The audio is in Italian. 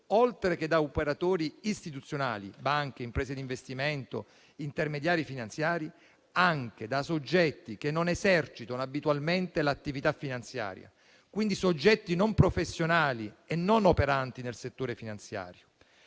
oltre che da operatori istituzionali - banche, imprese di investimento, intermediari finanziari - anche da soggetti che non esercitano abitualmente l'attività finanziaria, quindi soggetti non professionali e non operanti nel settore finanziario.